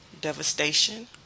Devastation